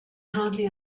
hardly